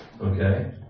Okay